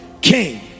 king